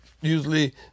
usually